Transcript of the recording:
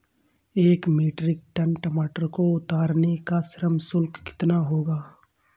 एक metric ton टमाटर को उतारने का श्रम शुल्क कितना होगा?